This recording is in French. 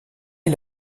est